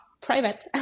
private